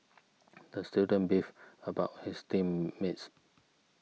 the student beefed about his team mates